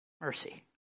mercy